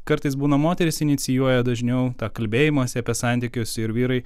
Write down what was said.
kartais būna moterys inicijuoja dažniau tą kalbėjimosi apie santykius ir vyrai